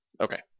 Okay